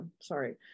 sorry